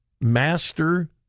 master